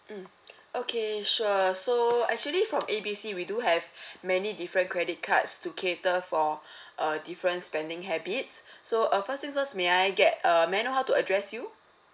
mm okay sure so actually from A B C we do have many different credit cards to cater for uh different spending habits so uh first things first may I get err may I know how to address you